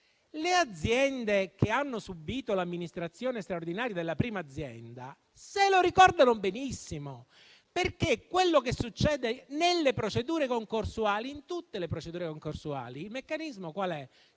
Le aziende che hanno subito l'amministrazione straordinaria della prima azienda se lo ricordano benissimo, perché nelle procedure concorsuali - in tutte le procedure concorsuali - il meccanismo è